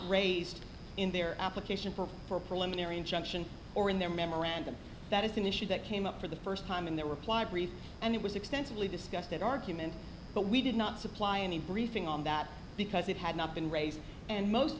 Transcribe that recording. raised in their application form for a preliminary injunction or in their memorandum that is an issue that came up for the first time and there were ply briefs and it was extensively discussed that argument but we did not supply any briefing on that because it had not been raised and most